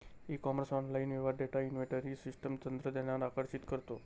E commerce online व्यवहार data inventory system तंत्रज्ञानावर आकर्षित करतो